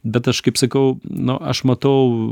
bet aš kaip sakau nu aš matau